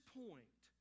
point